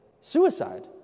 suicide